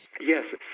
Yes